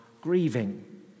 grieving